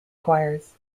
choirs